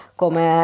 come